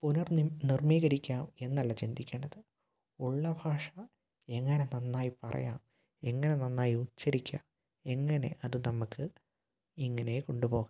പുനര് നിം നിര്മ്മീകരിക്കാം എന്നല്ല ചിന്തിക്കേണ്ടത് ഉള്ള ഭാഷ എങ്ങനെ നന്നായി പറയാം എങ്ങനെ നന്നായി ഉച്ചരിക്കാം എങ്ങനെ അത് നമുക്ക് എങ്ങനെ കൊണ്ട് പോകാം